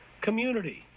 Community